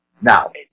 Now